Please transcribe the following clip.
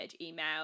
email